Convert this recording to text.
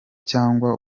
cyangwa